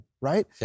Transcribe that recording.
right